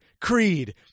Creed